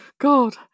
god